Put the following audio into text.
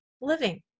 living